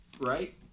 right